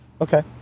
Okay